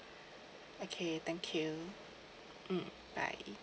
okay thank you mm bye